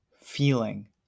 feeling